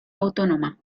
autónoma